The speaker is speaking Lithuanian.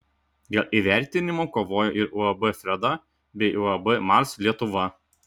dėl įvertinimo kovojo ir uab freda bei uab mars lietuva